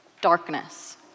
darkness